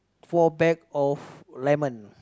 four bag of lemons